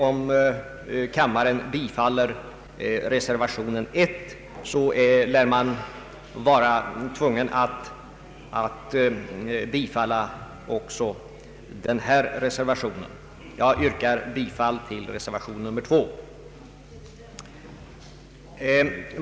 Om kammaren bifaller reservationen vid punkten 5 lär den också vara tvungen att bifalla reservation vid punkten 6.